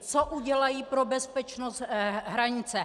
Co udělají pro bezpečnost hranice?